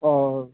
ओ